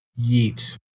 yeet